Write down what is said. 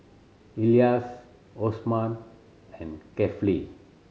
Elyas Osman and Kefli